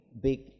big